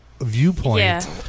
viewpoint